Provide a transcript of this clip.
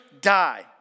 die